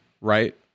right